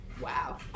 Wow